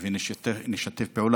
ונשתף פעולה.